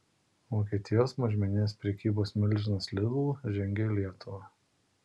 vokietijos mažmeninės prekybos milžinas lidl žengia į lietuvą